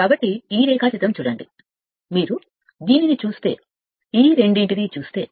కాబట్టి ఈ రేఖాచిత్రం కూడా చూడండి మీరు దీనిని చూస్తే ఈ రెండు చూస్తే